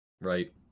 right